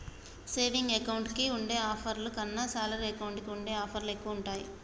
saving account కి ఉండే ఆఫర్ల కన్నా శాలరీ అకౌంట్ కి ఉండే ఆఫర్లే ఎక్కువగా ఉంటాయి